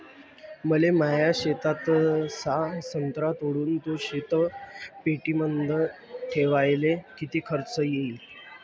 मले माया शेतातला संत्रा तोडून तो शीतपेटीमंदी ठेवायले किती खर्च येईन?